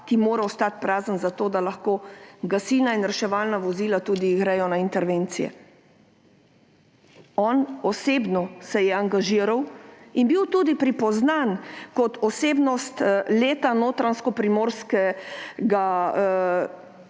ki mora ostati prazen, zato da lahko gasilna in reševalna vozila gredo na intervencije. On osebno se je angažiral in bil tudi pripoznam kot osebnost leta notranjsko-primorskega